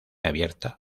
abierta